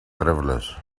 travelers